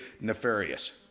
nefarious